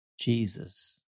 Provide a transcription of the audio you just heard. Jesus